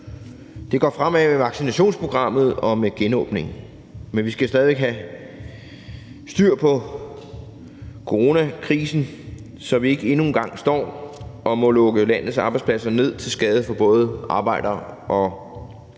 Det går fremad med vaccinationsprogrammet og med genåbningen, men vi skal stadig væk have styr på coronakrisen, så vi ikke endnu en gang står og må lukke landets arbejdspladser ned til skade for både medarbejdere og arbejdsgivere.